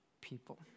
people